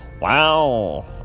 wow